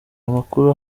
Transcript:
amakuru